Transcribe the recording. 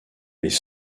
les